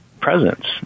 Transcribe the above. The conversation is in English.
presence